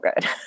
good